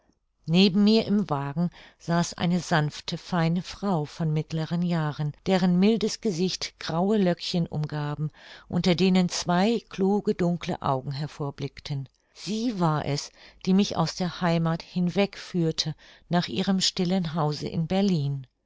neben mir im wagen saß eine sanfte feine frau von mittleren jahren deren mildes gesicht graue löckchen umgaben unter denen zwei kluge dunkle augen hervorblickten sie war es die mich aus der heimath hinweg führte nach ihrem stillen hause in berlin